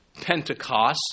Pentecost